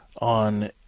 on